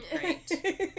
great